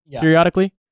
periodically